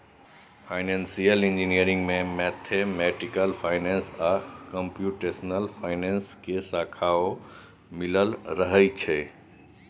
financial engineering में mathematical finance आ computational finance के शाखाओं मिलल रहइ छइ